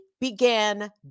began